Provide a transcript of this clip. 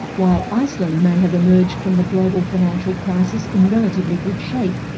while iceland may have emerged from the global financial crisis in relatively good shape,